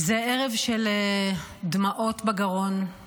זה ערב של דמעות בגרון,